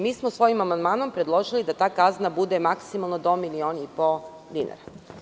Mi smo svojim amandmanom predložili da ta kazna bude maksimalno do milion i po dinara.